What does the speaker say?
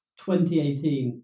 2018